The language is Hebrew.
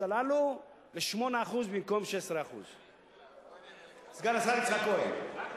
הללו ל-8% במקום 16%. סגן השר יצחק כהן,